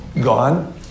gone